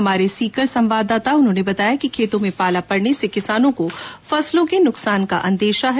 हमारे सीकर संवाददाता ने बताया कि खेतों में पाला पड़ने से किसानों को फसलों के नुकसान का अंदेशा है